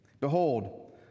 Behold